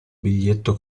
biglietto